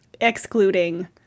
excluding